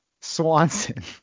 Swanson